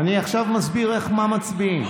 אני עכשיו מסביר מה מצביעים.